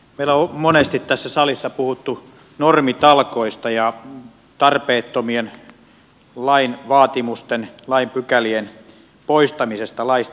meillä on monesti tässä salissa puhuttu normitalkoista ja tarpeettomien lain vaatimusten lain pykälien poistamisesta laista